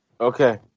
okay